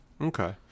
Okay